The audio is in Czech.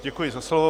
Děkuji za slovo.